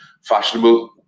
fashionable